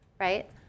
Right